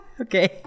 Okay